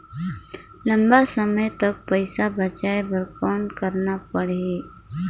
लंबा समय तक पइसा बचाये बर कौन करना पड़ही?